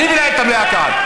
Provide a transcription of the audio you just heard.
אני מנהל את המליאה כאן.